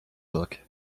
book